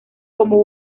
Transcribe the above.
como